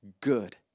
good